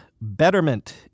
Betterment